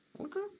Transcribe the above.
Okay